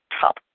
top